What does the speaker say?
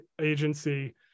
agency